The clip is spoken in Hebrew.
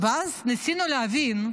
ואז ניסינו להבין,